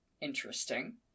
Interesting